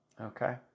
Okay